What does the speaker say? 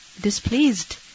displeased